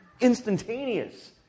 Instantaneous